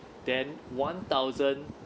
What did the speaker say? then one thousand